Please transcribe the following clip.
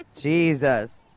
Jesus